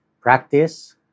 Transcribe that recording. practice